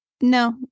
no